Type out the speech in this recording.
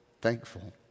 thankful